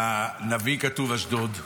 בנביא כתוב: אשדוד,